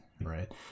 Right